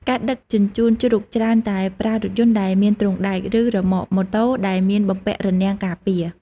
ការដឹកជញ្ជូនជ្រូកច្រើនតែប្រើរថយន្តដែលមានទ្រុងដែក ឬរ៉ឺម៉ក ម៉ូតូ ដែលមានបំពាក់រនាំងការពារ។